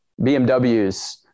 BMWs